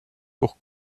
pour